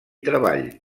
treball